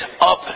up